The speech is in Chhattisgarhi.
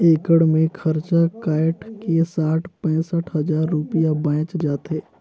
एकड़ मे खरचा कायट के साठ पैंसठ हजार रूपिया बांयच जाथे